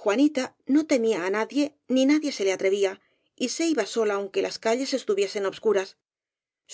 juanita no temía á nadie ni nadie se le atrevía y se iba sola aunque las calles estuviesen obscuras